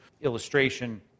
illustration